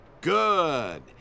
Good